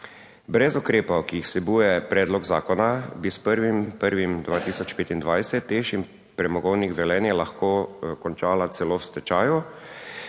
Brez ukrepov, ki jih vsebuje predlog zakona, bi s 1. 1. 2025 TEŠ in premogovnik Velenje lahko končala celo v stečaju,